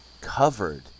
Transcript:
covered